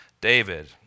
David